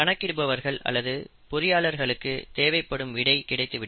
கணக்கு இடுபவர்கள் அல்லது பொறியாளர்களுக்கு தேவைப்படும் விடை கிடைத்துவிடும்